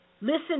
Listen